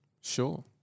sure